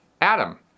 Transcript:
Adam